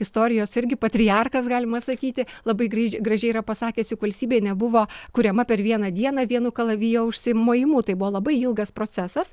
istorijos irgi patriarchas galima sakyti labai greiž gražiai yra pasakęs jog valstybė nebuvo kuriama per vieną dieną vienu kalavijo užsimojimu tai buvo labai ilgas procesas